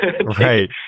right